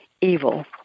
evil